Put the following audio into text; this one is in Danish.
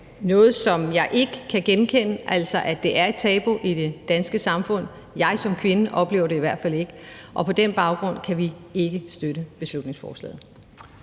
noget, som jeg ikke kan genkende, altså at det er et tabu i det danske samfund. Jeg som kvinde oplever det i hvert fald ikke. På den baggrund kan vi ikke støtte beslutningsforslaget.